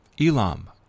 Elam